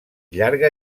llarga